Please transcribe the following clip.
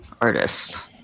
artist